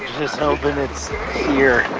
just hopin' it's here,